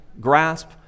grasp